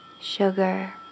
sugar